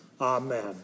Amen